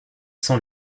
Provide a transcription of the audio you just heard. sent